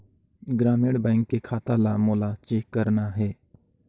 ग्रामीण बैंक के खाता ला मोला चेक करना हे?